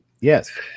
Yes